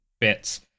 bits